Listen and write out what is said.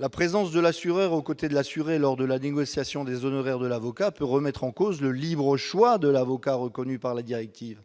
la présence de l'assureur aux côtés de l'assuré lors de la négociation des honoraires de l'avocat peut remettre en cause le libre choix de l'avocat reconnu par la directive.